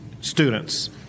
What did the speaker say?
students